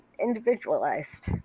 individualized